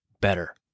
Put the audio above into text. better